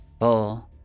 four